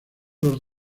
los